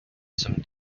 some